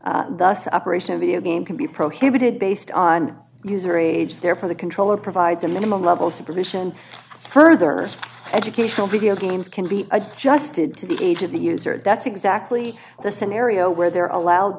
the us operation video game can be prohibited based on user age there for the controller provides a minimum level supervision and further educational video games can be adjusted to the age of the user that's exactly the scenario where they're allowed